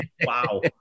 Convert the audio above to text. Wow